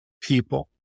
people